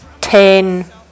ten